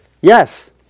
Yes